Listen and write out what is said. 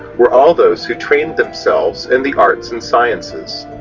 were all those who trained themselves in the arts and sciences.